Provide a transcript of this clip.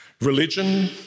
Religion